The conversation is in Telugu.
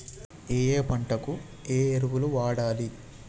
ఏయే పంటకు ఏ ఎరువులు వాడాలి?